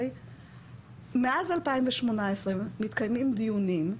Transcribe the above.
מאז 2018 מתקיימים דיונים,